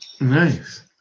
Nice